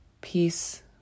Peace